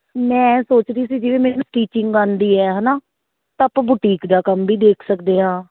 ਮੈਂ ਸੋਚਦੀ ਸੀ ਜਿਵੇਂ ਮੈਨੂੰ ਸਟੀਚਿੰਗ ਆਉਂਦੀ ਹੈ ਹੈ ਨਾ ਤਾਂ ਆਪਾਂ ਬੁਟੀਕ ਦਾ ਕੰਮ ਵੀ ਦੇਖ ਸਕਦੇ ਹਾਂ